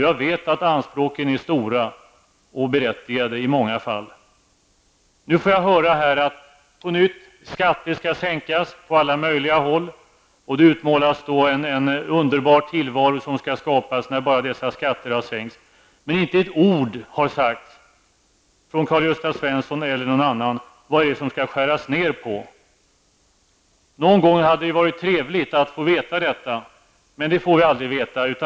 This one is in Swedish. Jag vet att anspråken är stora och berättigade i många fall. Nu får jag återigen höra här att skatter skall sänkas på alla möjliga håll. Det utmålas en underbar tillvaro som kan skapas när skatterna har sänkts. Det sägs dock inte ett ord från Karl-Gösta Svensons sida eller någon annans om vad det är som skall skäras ned. Det skulle vara trevligt att få veta det någon gång. Men det får vi aldrig veta.